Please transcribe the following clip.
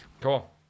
Cool